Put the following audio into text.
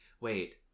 Wait